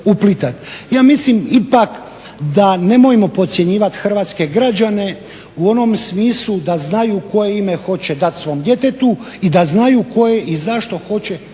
Ja mislim ipak da nemojmo podcjenjivati hrvatske građane u onom smislu da znaju koje ime hoće dati svom djetetu i da znaju koje i zašto hoće